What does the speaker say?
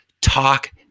talk